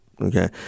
Okay